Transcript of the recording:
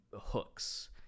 hooks